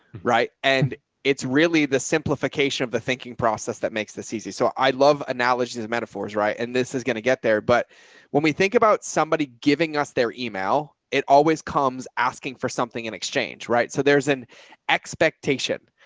right. and it's really the simplification of the thinking process that makes this easy. so i love analogies and metaphors, right. and this is going to get there. but when we think about somebody giving us their email, it always comes asking for something in exchange. right. so there's an expectation.